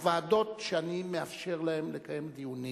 הוועדות שאני מאפשר להן לקיים דיונים